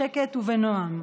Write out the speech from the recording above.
בשקט ובנועם.